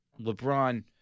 LeBron